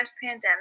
pandemic